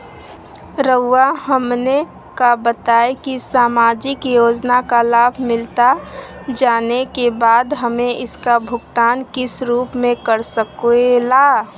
रहुआ हमने का बताएं की समाजिक योजना का लाभ मिलता जाने के बाद हमें इसका भुगतान किस रूप में कर सके ला?